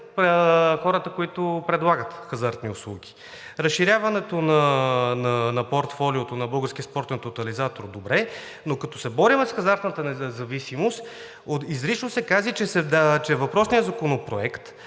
хората, които предлагат хазартни услуги. Разширяването на портфолиото на Българския спортен тотализатор – добре, но като се борим с хазартната зависимост, изрично се казва, че въпросният законопроект